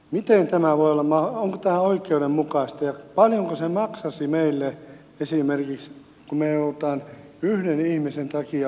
onko tämä oikeudenmukaista ja paljonko se maksaisi meille esimerkiksi jos me joudumme yhden ihmisen takia palkkaamaan siihen tulkin